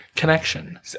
connection